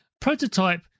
Prototype